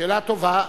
שאלה טובה.